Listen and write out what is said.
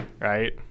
right